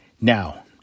Now